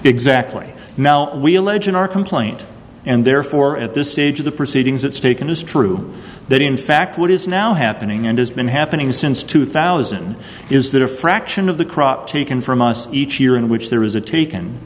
exactly now we allege in our complaint and therefore at this stage of the proceedings at stake it is true that in fact what is now happening and has been happening since two thousand is that a fraction of the crop taken from us each year in which there is a tak